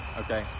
okay